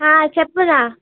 చెప్పు రా